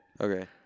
Okay